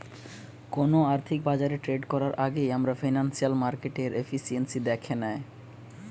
কোনো আর্থিক বাজারে ট্রেড করার আগেই আমরা ফিনান্সিয়াল মার্কেটের এফিসিয়েন্সি দ্যাখে নেয়